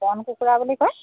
বন কুকুৰা বুলি কয়